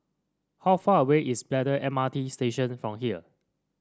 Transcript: how far away is Braddell M R T Station from here